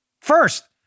First